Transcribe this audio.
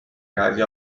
haya